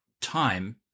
time